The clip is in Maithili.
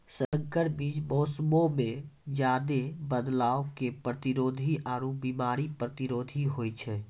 संकर बीज मौसमो मे ज्यादे बदलाव के प्रतिरोधी आरु बिमारी प्रतिरोधी होय छै